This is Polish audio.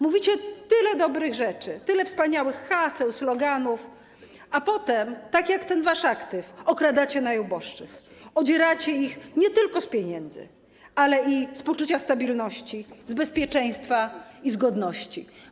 Mówicie tyle dobrych rzeczy, głosicie tyle wspaniałych haseł, sloganów, a potem, tak jak ten wasz aktyw, okradacie najuboższych, odzieracie ich nie tylko z pieniędzy, ale i z poczucia stabilności, z bezpieczeństwa i z godności.